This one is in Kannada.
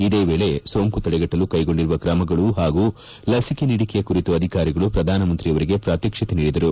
ಇದೇ ವೇಳೆ ಸೋಂಕು ತಡೆಗಟ್ಟಲು ಕೈಗೊಂಡಿರುವ ಕ್ರಮಗಳು ಪಾಗೂ ಲಸಿಕೆ ನೀಡಿಕೆಯ ಕುರಿತು ಅಧಿಕಾರಿಗಳು ಪ್ರಧಾನಮಂತ್ರಿಯವರಿಗೆ ಪ್ರಾತ್ವಕ್ಷಿಕೆ ನೀಡಿದರು